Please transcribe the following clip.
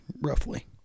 roughly